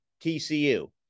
TCU